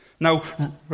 Now